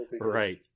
right